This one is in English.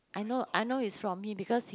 I know I know is from him because he